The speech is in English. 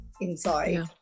inside